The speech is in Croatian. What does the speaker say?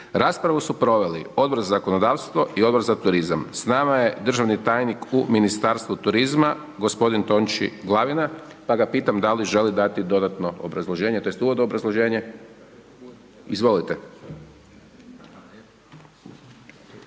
Raspravu su proveli Odbor za zakonodavstvo i Odbor za turizam. S nama je državni tajnik u Ministarstvu turizma, gospodin Tonči Glavina, pa ga pitam da li želi dati dodatno obrazloženje, to jest uvodno obrazloženje? Izvolite.